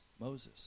Moses